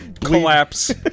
collapse